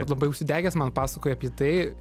labai užsidegęs man pasakojai apie tai